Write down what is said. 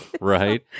Right